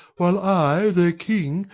while i, their king,